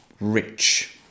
rich